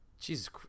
Jesus